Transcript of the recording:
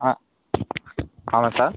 ஆ ஆமாம் சார்